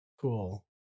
Cool